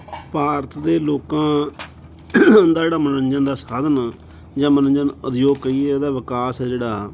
ਭਾਰਤ ਦੇ ਲੋਕਾਂ ਦਾ ਜਿਹੜਾ ਮਨੋਰੰਜਨ ਦਾ ਸਾਧਨ ਆ ਜਾਂ ਮਨੋਰੰਜਨ ਉਦਯੋਗ ਕਹੀਏ ਇਹਦਾ ਵਿਕਾਸ ਹੈ ਜਿਹੜਾ